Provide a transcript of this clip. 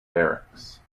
barracks